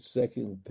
second